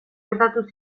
gertatu